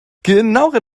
genauere